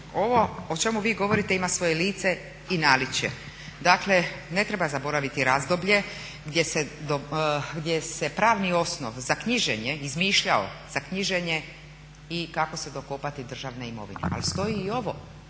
Ovo o čemu vi govorite ima svoje lice i naličje. Dakle, ne treba zaboraviti razdoblje gdje se pravni osnov za knjiženje izmišljao, za knjiženje i kako se dokopati državne imovine. Ali stoji i ovo,